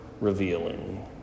revealing